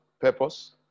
purpose